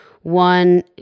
One